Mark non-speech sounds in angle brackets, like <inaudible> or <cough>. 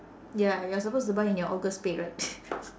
ya you are supposed to buy in your august pay right <laughs>